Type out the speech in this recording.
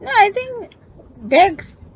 ya I think backstab